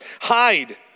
Hide